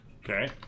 Okay